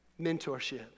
Mentorship